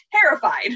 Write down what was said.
terrified